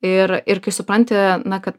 ir ir kai supranti na kad